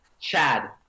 Chad